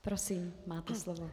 Prosím, máte slovo.